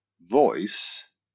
voice